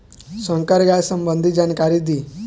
संकर गाय संबंधी जानकारी दी?